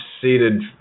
seated